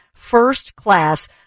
First-class